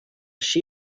she